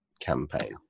campaign